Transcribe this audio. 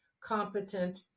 competent